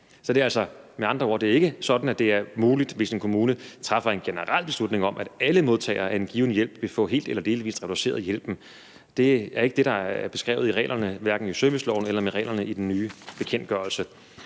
er det altså ikke sådan, at det er muligt for en kommune at træffe en generel beslutning om, at alle modtagere af en given hjælp vil få helt eller delvis reduceret hjælpen. Det er ikke det, der er beskrevet i reglerne, hverken i serviceloven eller i den nye bekendtgørelse.